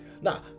Now